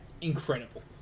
Incredible